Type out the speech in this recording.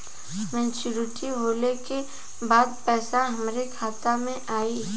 Maturity होले के बाद पैसा हमरे खाता में आई?